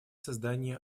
создании